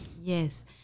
yes